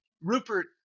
rupert